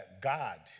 God